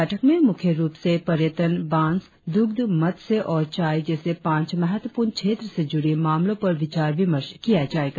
बैठक में मुख्य रुप में पर्यटन बांस दुग्ध मत्स्य और चाय जैसे पांच महत्वपूर्ण क्षेत्र से जुड़ी मामलो पर विचार विमर्श किया जाएगा